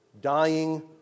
Dying